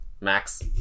max